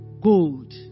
gold